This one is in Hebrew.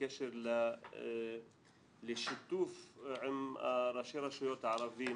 בקשר לשיתוף עם ראשי הרשויות הערביים.